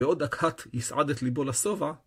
בעוד הקט ייסעד את ליבו לשובה.